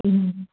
ए